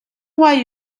гуай